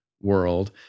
world